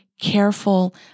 careful